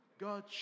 God